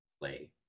play